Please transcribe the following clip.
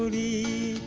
e